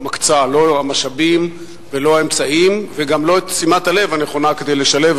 אף שהמלצת ועדת הפנים היתה לבטל את